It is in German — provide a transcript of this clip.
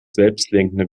selbstlenkende